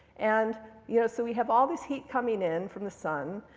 and you know so we have all this heat coming in from the sun.